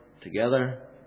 together